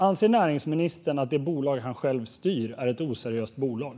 Anser näringsministern att det bolag han själv styr är ett oseriöst bolag?